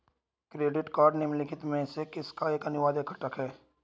Credit card निम्नलिखित में से किसका एक अनिवार्य घटक है?